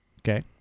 Okay